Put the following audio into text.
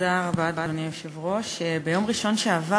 אדוני היושב-ראש, תודה רבה, ביום ראשון שעבר,